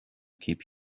keep